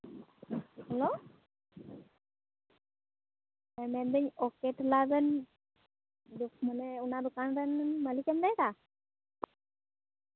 hello ᱢᱮᱱᱫᱟᱹᱧ ᱟᱯᱮ ᱴᱚᱞᱟᱨᱮᱱ ᱢᱟᱱᱮ ᱚᱱᱟ ᱫᱚᱠᱟᱱ ᱨᱮᱱ ᱢᱟᱹᱞᱤᱠᱮᱢ ᱞᱟᱹᱭᱫᱟ